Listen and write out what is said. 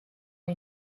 ont